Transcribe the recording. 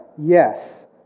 Yes